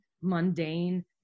mundane